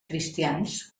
cristians